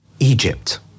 Egypt